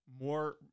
more